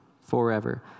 forever